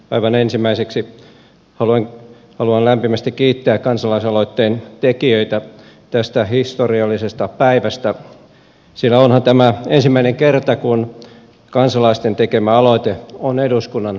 aivan ensimmäiseksi haluan lämpimästi kiittää kansalaisaloitteen tekijöitä tästä historiallisesta päivästä sillä onhan tämä ensimmäinen kerta kun kansalaisten tekemä aloite on eduskunnan täysistunnossa